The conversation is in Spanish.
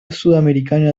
sudamericana